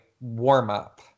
warm-up